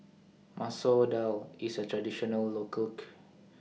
Masoor Dal IS A Traditional Local